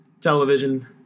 television